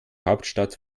hauptstadt